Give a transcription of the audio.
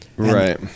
Right